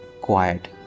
quiet